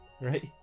right